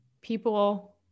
people